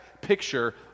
picture